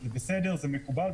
זה בסדר, זה מקובל.